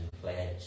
pledge